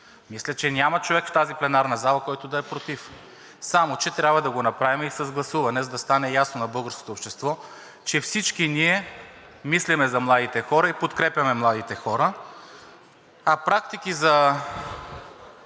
Мисля, че няма човек в тази пленарна зала, който да е против. Само че трябва да го направим и с гласуване, за да стане ясно на българското общество, че всички ние мислим за младите хора и подкрепяме младите хора. Практики за